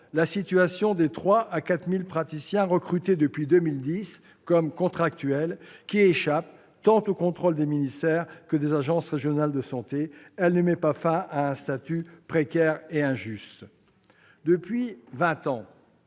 la situation des 3 000 à 4 000 praticiens recrutés depuis 2010 comme contractuels, qui échappent tant au contrôle des ministères que des agences régionales de santé. Elle ne met pas fin à un statut précaire et injuste. Depuis vingt ans,